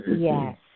Yes